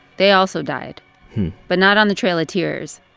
they also died but not on the trail of tears.